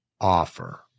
offer